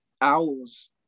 owls